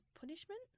punishment